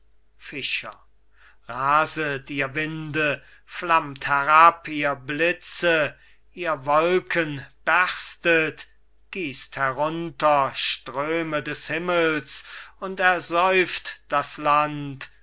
raset ihr winde flammt herab ihr blitze ihr wolken berstet giesst herunter ströme des himmels und ersäuft das land